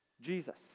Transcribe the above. Jesus